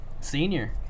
Senior